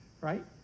right